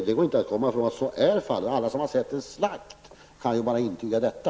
Det går inte att komma ifrån att så är fallet. Alla som har sett en slakt kan ju intyga detta.